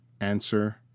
answer